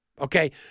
okay